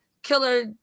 killer